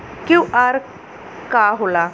QR का होला?